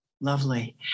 lovely